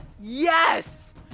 yes